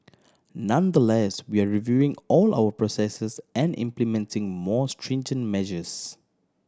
nonetheless we are reviewing all our processes and implementing more stringent measures